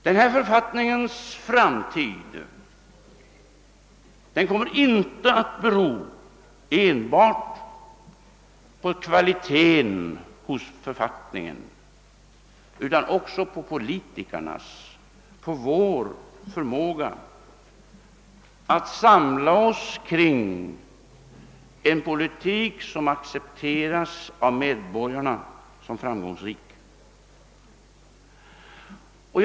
Denna författnings framtid kommer inte att bero enbart på kvaliteten hos författningen utan också på politikerna, på vår förmåga att samla oss kring en politik som accepteras och upplevs som framgångsrik av medborgarna.